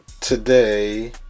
Today